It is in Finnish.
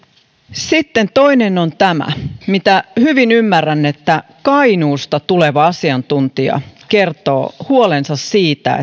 sitten toinen on tämä ja ymmärrän hyvin että kainuusta tuleva asiantuntija kertoo huolensa siitä